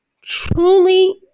truly